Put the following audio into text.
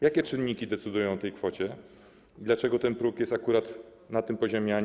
Jakie czynniki decydują o tej kwocie i dlaczego ten próg jest akurat na tym poziomie, a